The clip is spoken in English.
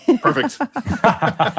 Perfect